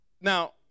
now